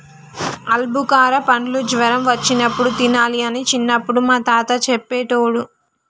ఆల్బుకార పండ్లు జ్వరం వచ్చినప్పుడు తినాలి అని చిన్నపుడు మా తాత చెప్పేటోడు